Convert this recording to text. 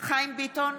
חיים ביטון,